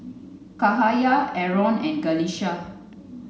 Cahaya Aaron and Qalisha